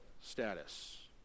status